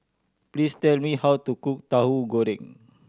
please tell me how to cook Tauhu Goreng